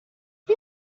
این